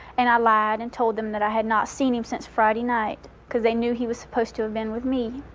and i lied and told them that i had not seen him since friday night, because they knew he was supposed to have been with me.